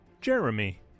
jeremy